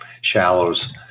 shallows